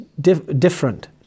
different